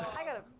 i gotta.